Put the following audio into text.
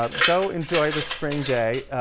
ah go enjoy the spring day,